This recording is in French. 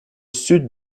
sud